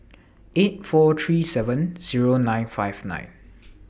eight four three seven Zero nine five nine